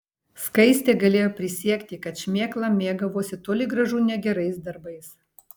skaistė galėjo prisiekti kad šmėkla mėgavosi toli gražu ne gerais darbais